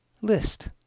List